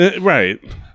right